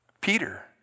Peter